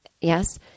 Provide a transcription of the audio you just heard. Yes